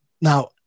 now